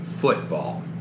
Football